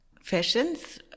fashions